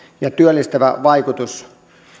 ja työllistävä vaikutus